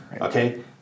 Okay